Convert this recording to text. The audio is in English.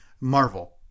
Marvel